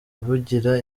bugira